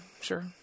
sure